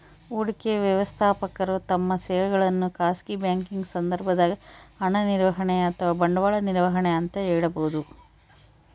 ಹೂಡಿಕೆ ವ್ಯವಸ್ಥಾಪಕರು ತಮ್ಮ ಸೇವೆಗಳನ್ನು ಖಾಸಗಿ ಬ್ಯಾಂಕಿಂಗ್ ಸಂದರ್ಭದಾಗ ಹಣ ನಿರ್ವಹಣೆ ಅಥವಾ ಬಂಡವಾಳ ನಿರ್ವಹಣೆ ಅಂತ ಹೇಳಬೋದು